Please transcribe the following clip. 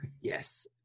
Yes